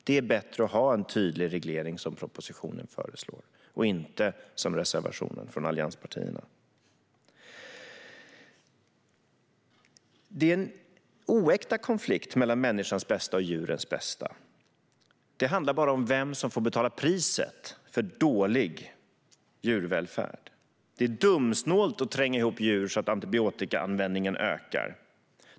Det är bättre att ha en tydlig reglering, som propositionen föreslår till skillnad från reservationen från allianspartierna. Konflikten mellan människans bästa och djurens bästa är oäkta. Det handlar bara om vem som får betala priset för dålig djurvälfärd. Det är dumsnålt att tränga ihop djur så att antibiotikaanvändningen ökar.